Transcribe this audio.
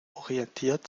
orientiert